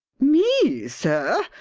me, sir!